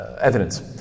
evidence